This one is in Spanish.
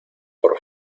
por